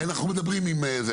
אנחנו מדברים עם זה.